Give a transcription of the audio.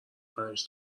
پنج